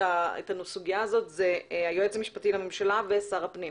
הסוגיה הזאת זה היועץ המשפטי לממשלה ושר הפנים.